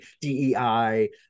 DEI